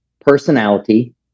personality